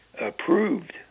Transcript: approved